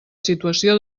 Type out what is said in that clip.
situació